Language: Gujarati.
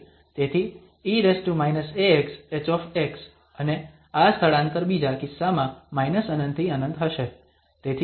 તેથી e−axH અને આ સ્થળાંતર બીજા કિસ્સામાં ∞ થી ∞ હશે